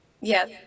Yes